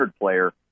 player